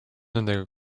nendega